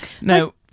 Now